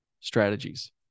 strategies